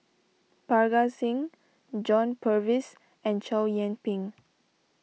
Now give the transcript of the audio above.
Parga Singh John Purvis and Chow Yian Ping